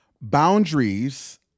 Boundaries